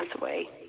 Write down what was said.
away